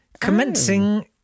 commencing